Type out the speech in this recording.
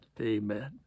amen